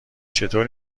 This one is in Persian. چطور